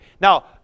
Now